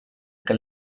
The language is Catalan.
que